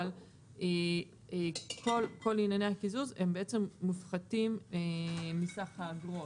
כל ענייני הקיזוז הם בעצם מופחתים מסך האגרות.